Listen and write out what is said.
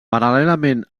paral·lelament